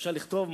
אפשר לכתוב,